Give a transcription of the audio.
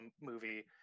movie